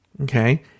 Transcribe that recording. okay